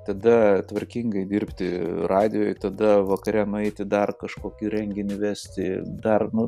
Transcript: tada tvarkingai dirbti radijuj tada vakare nueiti į dar kažkokį renginį vesti dar nu